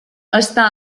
està